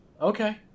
Okay